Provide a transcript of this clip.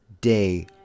day